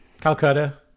calcutta